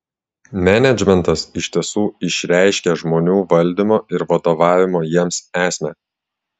menedžmentas iš tiesų išreiškia žmonių valdymo ir vadovavimo jiems esmę